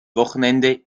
wochenende